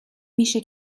میشه